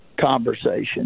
conversation